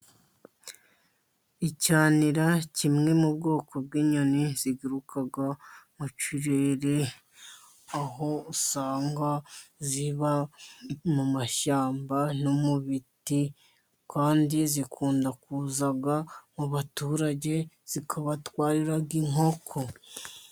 Icyanira kimwe mu bwoko bw'inyoni ziguruka mu kirere, aho usanga ziba mu mashyamba no mu biti, kandi zikunda kuza mu baturage zikabatwarira inkoko.